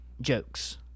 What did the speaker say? jokes